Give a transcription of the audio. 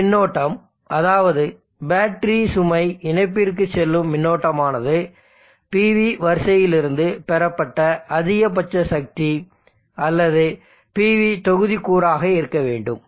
இந்த மின்னோட்டம் அதாவது பேட்டரி சுமை இணைப்பிற்கு செல்லும் மின்னோட்டமானது PV வரிசையிலிருந்து பெறப்பட்ட அதிகபட்ச சக்தி அல்லது PV தொகுதிக்கூறாக இருக்க வேண்டும்